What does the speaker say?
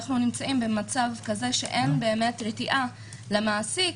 אנחנו נמצאים במצב כזה שאין באמת רתיעה למעסיק